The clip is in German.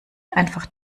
einfach